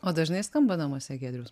o dažnai skamba namuose giedriaus